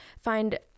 find